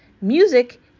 Music